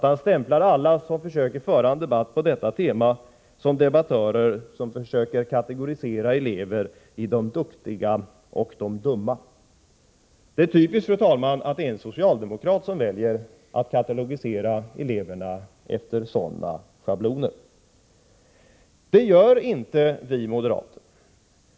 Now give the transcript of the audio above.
Han stämplar alla som försöker föra debatten på detta tema som debattörer som vill kategorisera elever i de duktiga och de dumma. Det är typiskt, fru talman, att det är en socialdemokrat som väljer att katalogisera elever efter sådana schabloner. Det gör inte vi moderater.